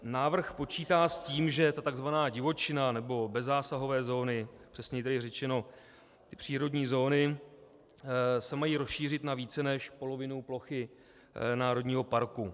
Návrh počítá s tím, že je to takzvaná divočina, nebo bezzásahové zóny, přesněji tedy řečeno, přírodní zóny se mají rozšířit na více než polovinu plochy národního parku.